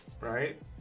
right